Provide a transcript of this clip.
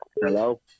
Hello